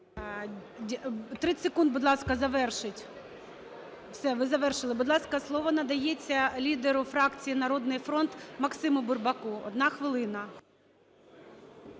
30 секунд, будь ласка, завершіть. Все, ви завершили. Будь ласка, слово надається лідеру фракції "Народний фронт" Максиму Бурбаку – одна хвилина.